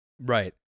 Right